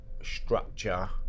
structure